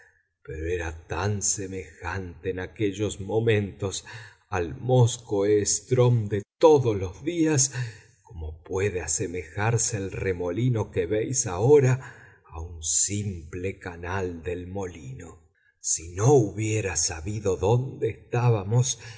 pero era tan semejante en aquellos momentos al móskoe strm de todos los días como puede asemejarse el remolino que veis ahora a un simple canal de molino si no hubiera sabido dónde estábamos